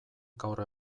gaur